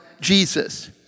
Jesus